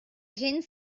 gent